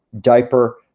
diaper